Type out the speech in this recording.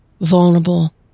vulnerable